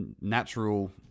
natural